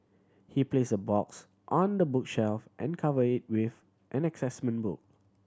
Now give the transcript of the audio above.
he placed the box on the bookshelf and covered it with an assessment book